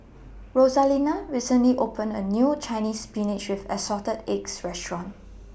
Rosalinda recently opened A New Chinese Spinach with Assorted Eggs Restaurant